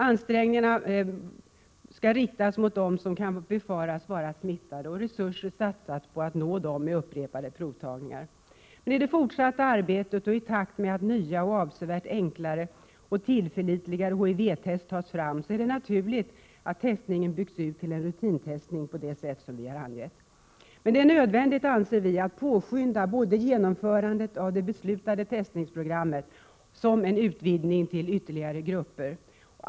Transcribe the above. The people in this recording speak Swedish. Ansträngningarna skall riktas mot dem som kan befaras vara smittade, och resurser satsas på att med upprepade provtagningar nå dem. I det fortsatta arbetet och i takt med att nya och avsevärt enklare och tillförlitligare HIV-test tas fram är det naturligt att testningen byggs ut till en rutintestning på det sätt vi angett. Vi anser att det är nödvändigt att påskynda såväl genomförandet av det beslutade testningsprogrammet som en utvidgning till ytterligare grupper.